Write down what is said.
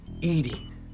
eating